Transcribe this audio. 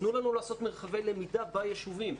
תנו לנו לעשות מרחבי למידה ביישובים.